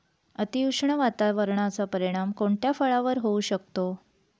अतिउष्ण वातावरणाचा परिणाम कोणत्या फळावर होऊ शकतो?